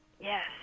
Yes